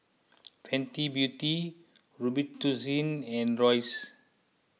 Fenty Beauty Robitussin and Royce